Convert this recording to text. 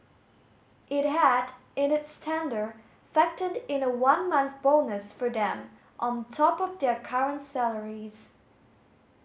it had in its tender factored in a one month bonus for them on top of their current salaries